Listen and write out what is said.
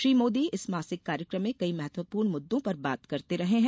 श्री मोदी इस मासिक कार्यक्रम में कई महत्वपूर्ण मुद्दों पर बात करते रहे हैं